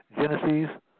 Genesis